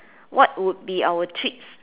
what would be our treats